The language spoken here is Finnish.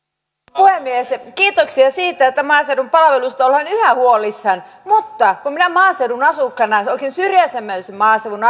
puhemies kiitoksia siitä että maaseudun palveluista ollaan yhä huolissaan mutta minä maaseudun asukkaana oikein syrjäisimmän maaseudun